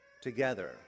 together